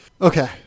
Okay